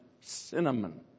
Cinnamon